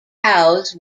cows